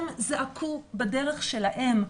הם זעקו בדרך שלהם.